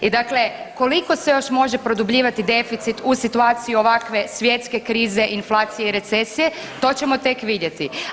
I dakle koliko se još može produbljivati deficit u situaciji ovakve svjetske krize, inflacije i recesije to ćemo tek vidjeti.